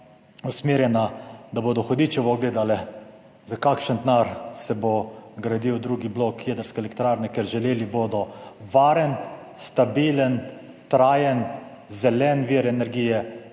usmerjena, hudičevo gledala, za kakšen denar se bo gradil drugi blok jedrske elektrarne, ker želeli bodo varen, stabilen, trajen zeleni vir energije